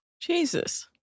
Jesus